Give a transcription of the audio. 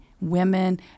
women